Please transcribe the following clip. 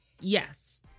Yes